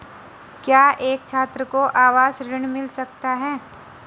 क्या एक छात्र को आवास ऋण मिल सकता है?